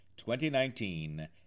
2019